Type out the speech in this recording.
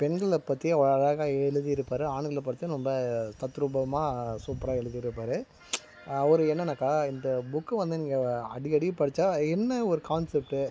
பெண்களை பற்றி அவ்வளோ அழகாக எழுதியிருப்பார் ஆண்களை பற்றி ரொம்ப தத்ரூபமாக சூப்பராக எழுதியிருப்பார் அவர் என்னெனாக்கா இந்த புக்கு வந்து நீங்கள் அடிக்கடி படித்தா என்ன ஒரு கான்ஸப்ட்டு